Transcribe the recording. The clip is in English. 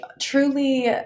truly